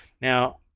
Now